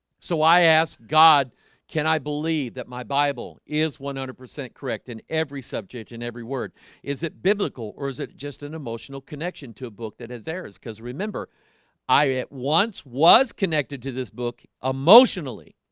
so i ask god can i believe that my bible is one hundred percent correct? and every subject and every word is it biblical or is it just an emotional connection to a book that has errors because remember i at once was connected to this book emotionally